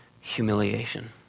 humiliation